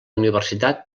universitat